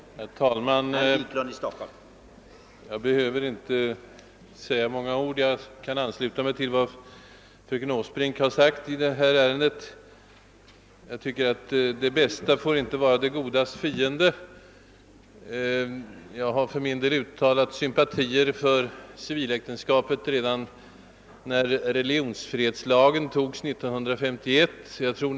Herr talman! Jag behöver inte säga många ord i detta ärende utan kan i det stora hela ansluta mig till vad fröken Åsbrink anförde. Det bästa får inte vara det godas fiende. För min del uttalade jag redan när religionsfrihetslagen antogs 1951 sympatier för civiläktenskapet.